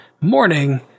morning